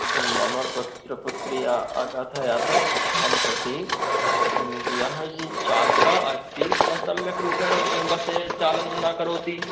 मम पुत्रपुत्र्य अकथयत् मम प्रति यः यः चालकः अस्ति सः सम्यक्रूपेण बस्सचालनं न करोति